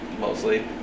Mostly